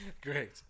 Great